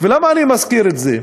ולמה אני מזכיר את זה?